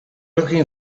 looking